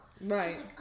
Right